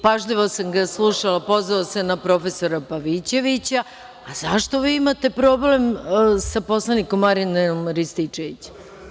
Pažljivo sam ga slušala, pozvao se na profesora Pavićevića, a zašto vi imate problem sa poslanikom Marijanom Rističevićem?